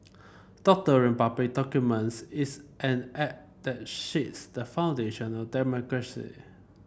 doctoring public documents is an act that shakes the foundation of democracy